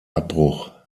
abbruch